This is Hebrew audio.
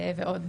ועוד.